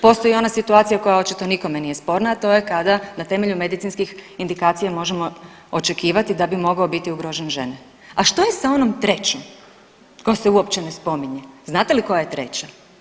Postoji i ona situacija koja očito nikome nije sporna, a to je kada na temelju medicinskih indikacija možemo očekivati da bi mogao biti ugrožen žene, a što je sa onom trećom koja se uopće ne spominje, znate li koja je treća?